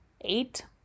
eight